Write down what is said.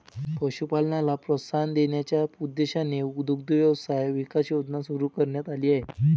पशुपालनाला प्रोत्साहन देण्याच्या उद्देशाने दुग्ध व्यवसाय विकास योजना सुरू करण्यात आली आहे